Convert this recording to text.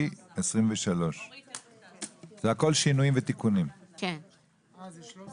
זו אותה קבוצת נכים ותיקה שהוכרה לפני